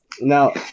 Now